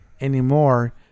anymore